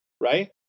right